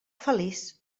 feliç